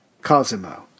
Cosimo